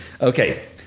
Okay